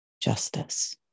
justice